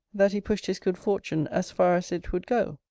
that he pushed his good fortune as far as it would go.